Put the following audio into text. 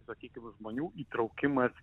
sakykim žmonių įtraukimas